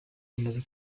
bamaze